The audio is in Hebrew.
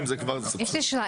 יש לי שאלה.